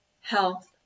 health